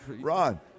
Ron